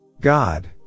God